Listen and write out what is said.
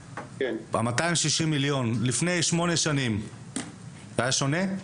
260 מיליון שקל לפני שמונה שנים הסכום היה שונה?